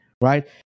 right